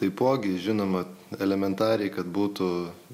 taipogi žinoma elementariai kad būtų